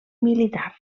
militar